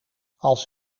als